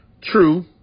true